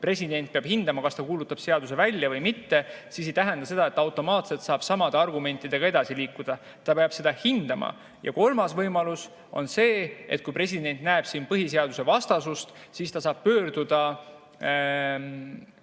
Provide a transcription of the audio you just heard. president peab hindama, kas ta kuulutab seaduse välja või mitte, siis see ei tähenda seda, et automaatselt saab samade argumentidega edasi liikuda. President peab seda hindama. Ja kolmas võimalus on see, et kui president näeb siin põhiseadusvastasust, siis ta saab pöörduda